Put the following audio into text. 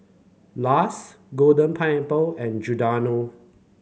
Lush Golden Pineapple and Giordano